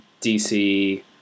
DC